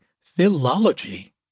philology